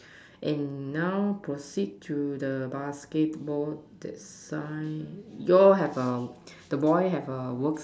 and now proceed to the basketball sign you all have a the boy have a